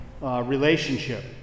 relationship